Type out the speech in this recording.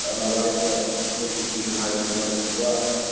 ah my wife's a history teacher at high school level as well.